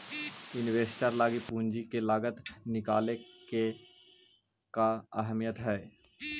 Investor लागी पूंजी के लागत निकाले के का अहमियत हई?